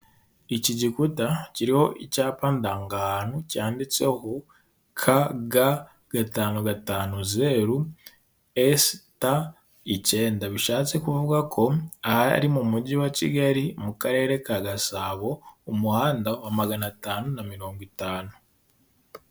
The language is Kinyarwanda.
Iki gikuta kiriho icyapa ndangahantu cyanditseho KG gatanu, gatanu zeru, ST icyenda, bishatse kuvuga ko aha ari mu mujyi wa Kigali mu karere ka Gasabo umuhanda wa magana atanu na mirongo itanu.